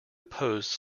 opposed